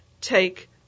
Take